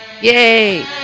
yay